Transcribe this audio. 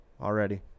already